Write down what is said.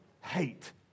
hate